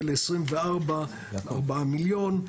ול-2024 4 מיליון.